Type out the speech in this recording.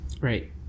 right